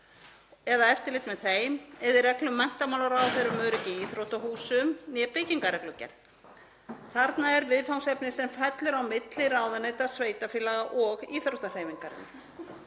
eða eftirlit með þeim eða í reglum menntamálaráðherra um öryggi í íþróttahúsum né byggingarreglugerð. Þarna er viðfangsefni sem fellur á milli ráðuneyta, sveitarfélaga og íþróttahreyfingarinnar.